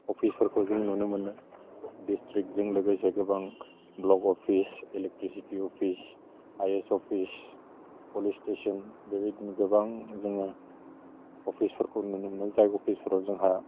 अफिसफोरखौ जों नुनो मोनो दिसथ्रिक्टजों लोगोसे गोबां block office electricity office IS office police station बेबायदिनो गोबां जोङो अफिसफोरखौ नुनो मोनो जाय अफिसफोराव जोंहा